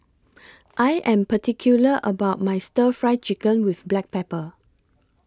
I Am particular about My Stir Fry Chicken with Black Pepper